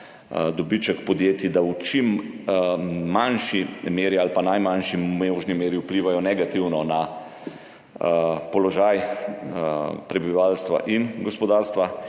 dobiček podjetij, da v čim manjši meri ali pa v najmanjši možni meri vplivajo negativno na položaj prebivalstva in gospodarstva.